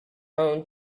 own